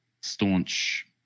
staunch